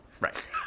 Right